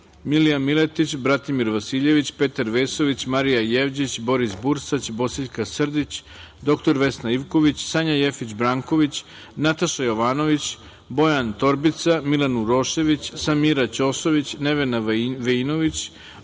Milija Miletić, Bratimir Vasiljević, Petar Vesović, Marija Jevđić, Boris Bursać, Bosiljka Srdić, dr Vesna Ivković, Sanja Jefić Branković, Nataša Jovanović, Bojan Torbica, Milan Urošević, Samira Ćosović, Nevena Veinović,